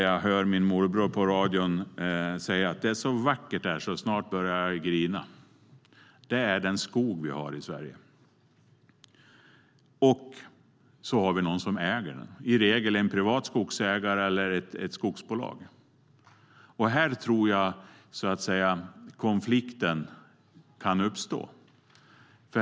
Jag hörde min morbror på radion säga: Det är så vackert här att jag snart börjar grina. Det är den skog vi har i Sverige. Så har vi någon som äger den, i regel en privat skogsägare eller ett skogsbolag. Här tror jag att konflikter kan uppstå.